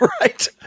right